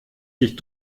dich